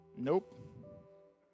Nope